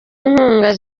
inkunga